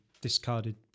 discarded